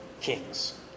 kings